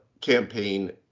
campaign